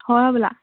হয় হবলা